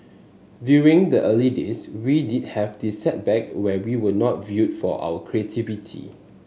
during the early days we did have this setback where we were not viewed for our creativity